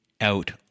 out